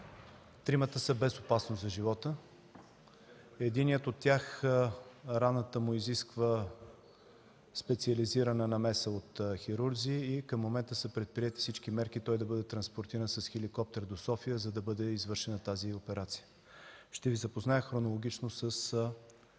Те са без опасност за живота. На единия от тях раната му изисква специализирана намеса от хирурзи и към момента са предприети всички мерки той да бъде транспортиран с хеликоптер до София, за да бъде извършена тази операция. Ще Ви запозная хронологично със